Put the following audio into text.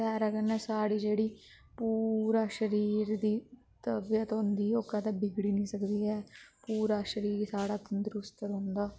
तैरा कन्नै साढ़ी जेह्ड़ी पूरे शरीर दी तबीयत होंदी ओह् कदी बिगड़ी नी सकदी ऐ पूरा शरीर साढ़ा तंदरुस्त रौंह्दा